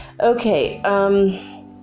okay